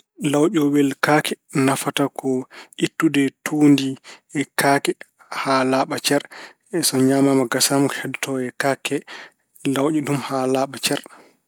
Lawƴowel kaake nafata ko ittude tuundi kaake haa laaɓa cer. So ñaamaama gasnaama ko heddoto e kakke he, lawƴa ɗum haa laaɓa cer.